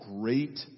great